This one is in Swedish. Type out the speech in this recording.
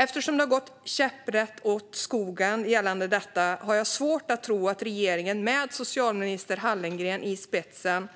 Eftersom det har gått käpprätt åt skogen gällande detta har jag svårt att tro att regeringen med socialminister Hallengren i spetsen